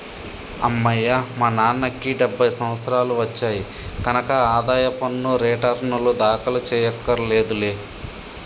అమ్మయ్యా మా నాన్నకి డెబ్భై సంవత్సరాలు వచ్చాయి కనక ఆదాయ పన్ను రేటర్నులు దాఖలు చెయ్యక్కర్లేదులే